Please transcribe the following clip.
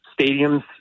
stadiums